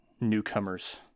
newcomers